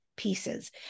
pieces